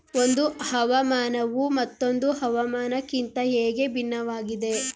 ಒಂದು ಹವಾಮಾನವು ಮತ್ತೊಂದು ಹವಾಮಾನಕಿಂತ ಹೇಗೆ ಭಿನ್ನವಾಗಿದೆ?